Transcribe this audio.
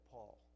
Paul